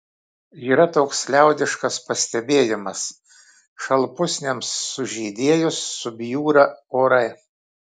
yra toks liaudiškas pastebėjimas šalpusniams sužydėjus subjūra orai